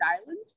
Island